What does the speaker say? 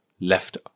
left